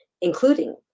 including